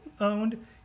owned